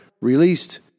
released